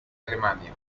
alemania